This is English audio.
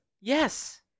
Yes